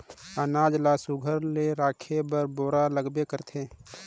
अनाज ल सुग्घर ले राखे बर बोरा लागबे करथे